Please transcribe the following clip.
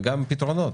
וגם פתרונות,